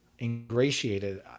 ingratiated